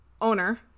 owner